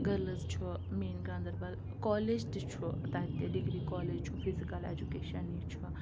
girls چھُ main Ganderbal college تہِ چھُ تَتہِ ڈگری کالج چھُ فِزِکَل ایٚجوکیشَن یہِ چھُ